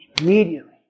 Immediately